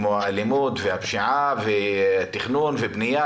כמו האלימות והפשיעה ותכנון ובנייה